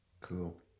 Cool